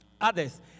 others